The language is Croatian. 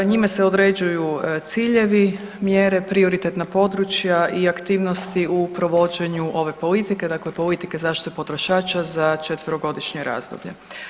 Njime se određuju ciljevi, mjere, prioritetna područja i aktivnosti u provođenju ove politike, dakle politike zaštite potrošača za četverogodišnje razdoblje.